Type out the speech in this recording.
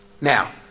Now